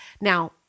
Now